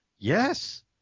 yes